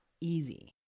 easy